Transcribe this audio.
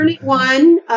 one